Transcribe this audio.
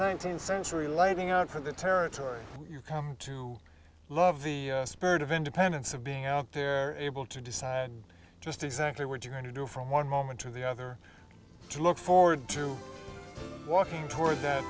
nineteenth century lighting out for the territory you come to love the spirit of independence of being out there able to decide just exactly what you're going to do from one moment to the other to look forward to walking toward that